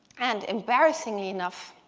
and, embarrassingly enough,